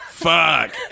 Fuck